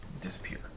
Disappear